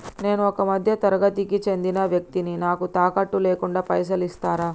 నేను ఒక మధ్య తరగతి కి చెందిన వ్యక్తిని నాకు తాకట్టు లేకుండా పైసలు ఇస్తరా?